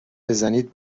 بزنید